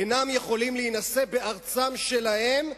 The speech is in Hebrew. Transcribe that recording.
אינם יכולים להינשא בארצם שלהם.